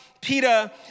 Peter